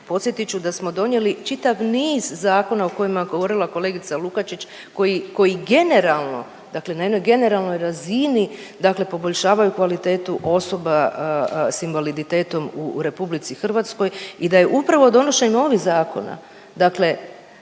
podsjetit ću da smo donijeli čitav niz zakona o kojima je govorila kolegica Lukačić koji generalno, dakle na jednoj generalnoj razini poboljšavaju kvalitetu osoba s invaliditetom u RH i da je upravo donošenju ovih zakona